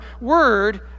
word